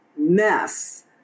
mess